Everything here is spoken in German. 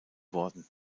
worden